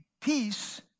peace